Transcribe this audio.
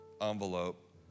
envelope